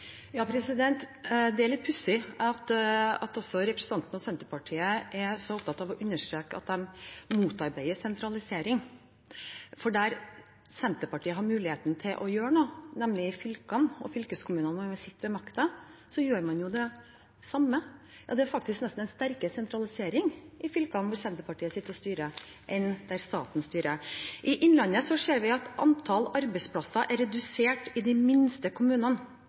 Det er litt pussig at også representanten og Senterpartiet er så opptatt av å understreke at de motarbeider sentralisering. For der Senterpartiet har mulighet til å gjøre noe, nemlig i fylkene og fylkeskommunene, når de sitter ved makten, gjør man jo det samme. Det er faktisk nesten en sterkere sentralisering i fylkene der Senterpartiet sitter og styrer, enn der staten styrer. I Innlandet ser vi at antallet arbeidsplasser er redusert i de minste kommunene